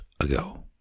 ago